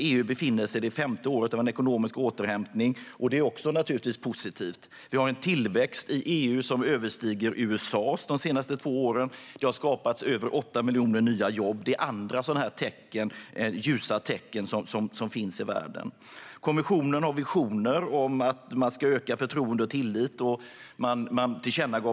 EU befinner sig i det femte året av en ekonomisk återhämtning. Tillväxten för EU som helhet överstiger USA:s för de senaste två åren. Det har skapats över 8 miljoner nya jobb. Detta är andra ljusa tecken som finns i världen. Kommissionen har visioner om att öka förtroendet och tilliten.